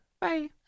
Bye